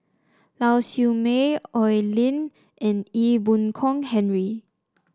Lau Siew Mei Oi Lin and Ee Boon Kong Henry